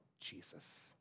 Jesus